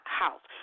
house